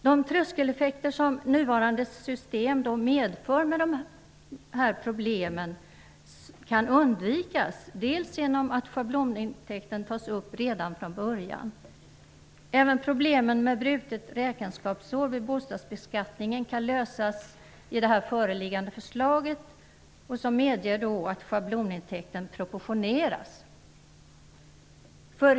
De tröskeleffekter som nuvarande system medför kan undvikas t.ex. genom att schablonintäkten tas upp redan från början. Även problemet med brutet räkenskapsår vid bostadsbeskattningen kan lösas i och med föreliggande förslag, som medger att schablonintäkten proportioneras.